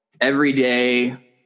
everyday